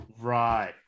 Right